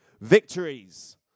Victories